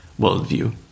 worldview